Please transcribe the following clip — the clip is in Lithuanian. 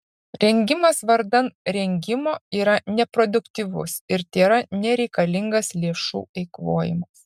rengimas vardan rengimo yra neproduktyvus ir tėra nereikalingas lėšų eikvojimas